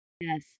Yes